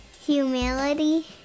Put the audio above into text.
humility